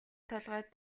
толгойд